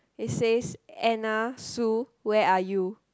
it says Anna Sue where are you